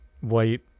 white